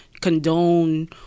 condone